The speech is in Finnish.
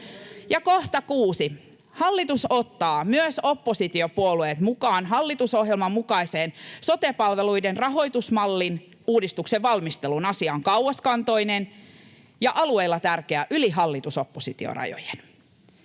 mitään. 6) Hallitus ottaa myös oppositiopuolueet mukaan hallitusohjelman mukaiseen sote-palveluiden rahoitusmallin uudistuksen valmisteluun. Asia on kauaskantoinen ja alueilla tärkeä yli hallitus—oppositio-rajojen.